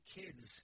kids